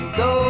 go